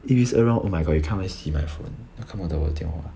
it is around oh my god you can't even see my phone 你看不到我的电话